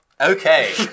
Okay